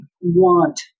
want